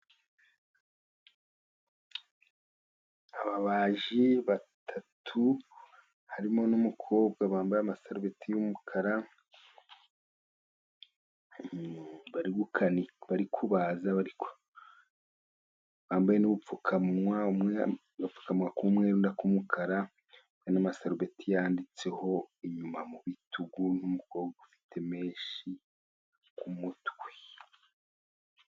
Ababaji batatu harimo n'umukobwa bambaye amasarubeti y'umukara, barikubaza bambaye n'ubupfukamuwa, umwe yambaye agapfuka munwa k'umweru, undi akumukara n'amasarubeti yanditseho inyuma mu bitugu, n'umukobwa ufite menshi ku mutwe.